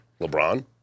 LeBron